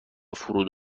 فرود